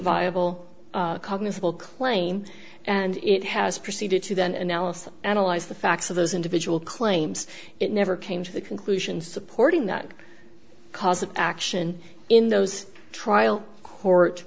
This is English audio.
cognizable claim and it has proceeded to then analysis analyzed the facts of those individual claims it never came to the conclusion supporting that cause of action in those trial court